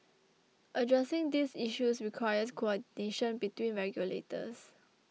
addressing these issues requires coordination between regulators